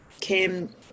came